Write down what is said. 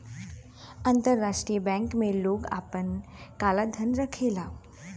अंतरराष्ट्रीय बैंक में लोग आपन काला धन रखेला